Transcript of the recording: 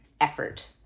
effort